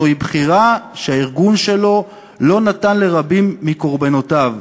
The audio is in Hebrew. זוהי בחירה שהארגון שלו לא נתן לרבים מקורבנותיו.